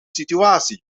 situatie